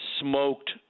smoked